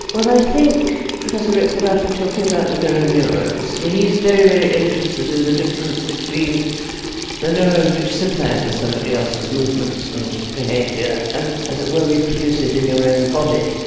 but i think professor rizzolatti talking about the mirror neurons, i mean he is very, very interested in the difference between the neurons which sympathise with somebody else's movements and behaviour and as it were reproduces in your own body,